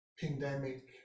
pandemic